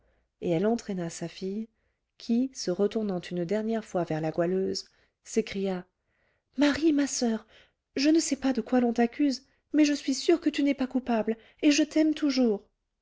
et elle entraîna sa fille qui se retournant une dernière fois vers la goualeuse s'écria marie ma soeur je ne sais pas de quoi l'on t'accuse mais je suis sûre que tu n'es pas coupable et je t'aime toujours